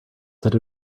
send